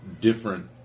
different